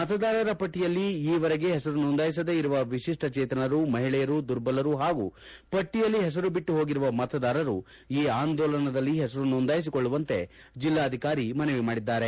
ಮತದಾರರ ಪಟ್ಟಿಯಲ್ಲಿ ಈ ತನಕ ಹೆಸರು ನೋಂದಾಯಿಸದೇ ಇರುವ ವಿಶಿಷ್ಟಚೇತನರು ಮಹಿಳೆಯರು ದುರ್ಬಲರು ಹಾಗೂ ಪಟ್ಟಿಯಲ್ಲಿ ಹೆಸರು ಬಿಟ್ಟು ಹೋಗಿರುವ ಮತದಾರರು ಈ ಆಂದೋಲನದಲ್ಲಿ ಹೆಸರು ನೋಂದಾಯಿಸಿ ಕೊಳ್ಳುವಂತೆ ಜಿಲ್ಲಾಧಿಕಾರಿ ಮನವಿ ಮಾಡಿದ್ದಾರೆ